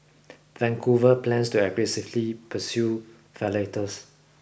Vancouver plans to aggressively pursue violators